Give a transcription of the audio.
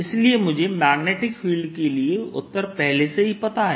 इसलिए मुझे मैग्नेटिक फील्डके लिए उत्तर पहले से ही पता है